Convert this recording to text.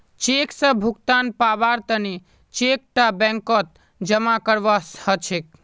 cheque स भुगतान पाबार तने चेक टा बैंकत जमा करवा हछेक